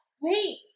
Wait